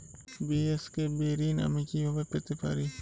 BSKB ঋণ আমি কিভাবে পেতে পারি?